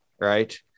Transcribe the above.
right